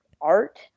art